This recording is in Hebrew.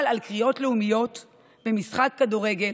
אבל על קריאות לאומניות במשחק כדורגל